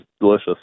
delicious